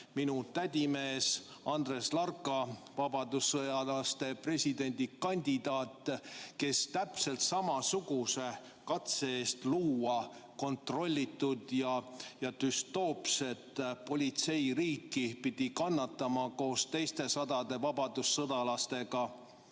minu tädimees Andres Larka, vabadussõjalaste presidendikandidaat, kes täpselt samasuguse katse tõttu luua kontrollitud ja düstoopset politseiriiki pidi kannatama koos sadade teiste vabadussõdalastega,